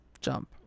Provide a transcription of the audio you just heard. jump